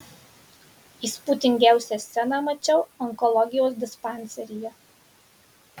įspūdingiausią sceną mačiau onkologijos dispanseryje